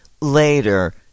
later